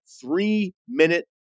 three-minute